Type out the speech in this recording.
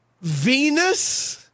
Venus